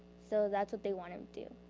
so that's what they want to do.